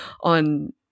on